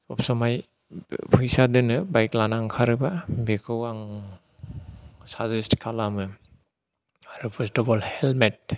सब समाय फैसा दोनो बाइक लाना ओंखारोबा बेखौ आं साजेस्ट खालामो आरो फार्स्ट अफ अल हेलमेट